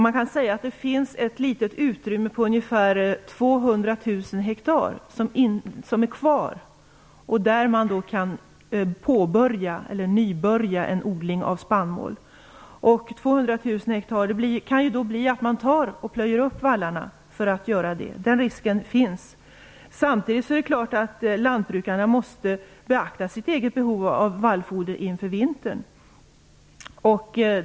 Man kan säga att ett litet utrymme på ungefär 200 000 hektar finns kvar där man kan nybörja odling av spannmål - 200 000 hektar kan innebära att man plöjer upp vallarna just för att göra det. Den risken finns. Samtidigt är det klart att lantbrukarna måste beakta sitt eget behov av vallfoder inför vintern.